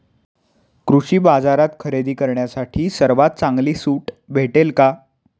कृषी बाजारात खरेदी करण्यासाठी सर्वात चांगली सूट भेटेल का?